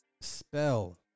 Spell